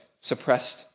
suppressed